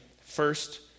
first